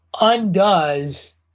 undoes